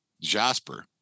Jasper